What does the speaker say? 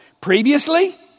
Previously